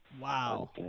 Wow